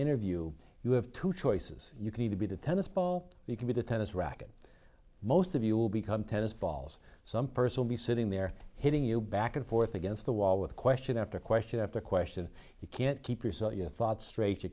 interview you have two choices you can either be the tennis ball you can be the tennis racquet most of you will become tennis balls some personal be sitting there hitting you back and forth against the wall with question after question after question you can't keep your thoughts straight you